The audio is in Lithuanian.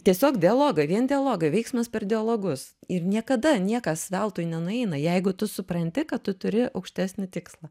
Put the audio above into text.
tiesiog dialogai vien dialogai veiksmas per dialogus ir niekada niekas veltui nenueina jeigu tu supranti kad tu turi aukštesnį tikslą